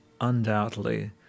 undoubtedly